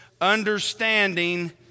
understanding